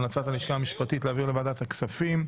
המלצת הלשכה המשפטית להעביר לוועדת הכספים.